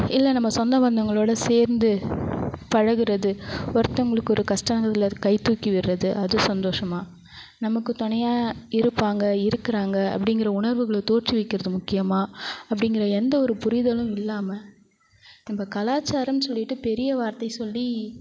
இல்லை நம்ம சொந்தபந்தங்களோட சேர்ந்து பழகுறது ஒருத்தவங்களுக்கு ஒரு கஸ்டங்களில் கை தூக்கிவிடுறது அது சந்தோஷமாக நமக்குத் துணையா இருப்பாங்க இருக்கிறாங்க அப்படிங்கிற உணர்வுகளை தோற்றுவிக்கிறது முக்கியமாக அப்படிங்கிற எந்தவொரு புரிதலும் இல்லாமல் நம்ப கலாச்சாரம்னு சொல்லிவிட்டு பெரிய வார்த்தை சொல்லி